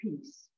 peace